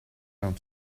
round